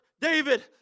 David